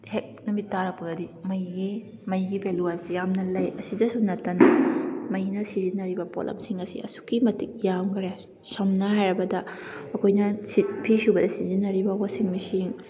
ꯍꯦꯛ ꯅꯨꯃꯤꯠ ꯇꯥꯔꯛꯄꯒꯗꯤ ꯃꯩꯒꯤ ꯃꯩꯒꯤ ꯚꯦꯂꯨ ꯍꯥꯏꯕꯁꯦ ꯌꯥꯝꯅ ꯂꯩ ꯑꯁꯤꯗꯁꯨ ꯅꯠꯇꯅ ꯃꯩꯅ ꯁꯤꯖꯤꯟꯅꯔꯤꯕ ꯄꯣꯠꯂꯝꯁꯤꯡ ꯑꯁꯤ ꯑꯁꯨꯛꯀꯤ ꯃꯇꯤꯛ ꯌꯥꯝꯈꯔꯦ ꯁꯝꯅ ꯍꯥꯏꯔꯕꯗ ꯑꯩꯈꯣꯏꯅ ꯐꯤ ꯁꯨꯕꯗ ꯁꯤꯖꯤꯟꯅꯔꯤꯕ ꯋꯥꯁꯤꯡ ꯃꯦꯆꯤꯟ